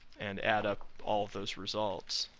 and add up all those results.